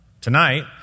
Tonight